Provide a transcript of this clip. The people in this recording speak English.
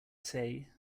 say